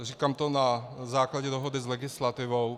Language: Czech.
Říkám to na základě dohody s legislativou.